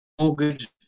mortgage